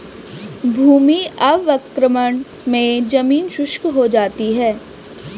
भूमि अवक्रमण मे जमीन शुष्क हो जाती है